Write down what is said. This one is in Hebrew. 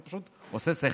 זה פשוט עושה שכל,